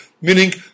meaning